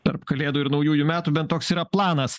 tarp kalėdų ir naujųjų metų bent toks yra planas